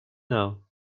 know